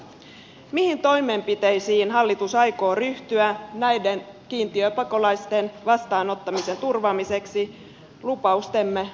mihin toimenpiteisiin hallitus aikoo ryhtyä näiden kiintiöpakolaisten vastaanottamisen turvaamiseksi lupaustemme mukaisesti